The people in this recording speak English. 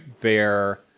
bear